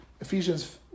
Ephesians